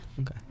Okay